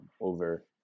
over